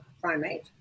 primate